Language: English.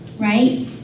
right